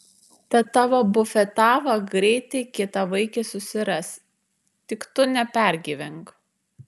ta tavo bufetava greitai kitą vaikį susiras tik tu nepergyvenk